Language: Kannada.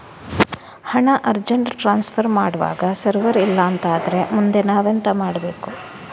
ಹಣ ಅರ್ಜೆಂಟ್ ಟ್ರಾನ್ಸ್ಫರ್ ಮಾಡ್ವಾಗ ಸರ್ವರ್ ಇಲ್ಲಾಂತ ಆದ್ರೆ ಮುಂದೆ ನಾವೆಂತ ಮಾಡ್ಬೇಕು?